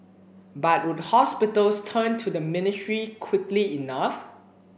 but would hospitals turn to the ministry quickly enough